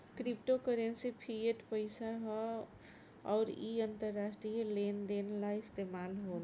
crypto currency fiat पईसा ह अउर इ अंतरराष्ट्रीय लेन देन ला इस्तमाल होला